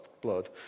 blood